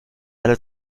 alle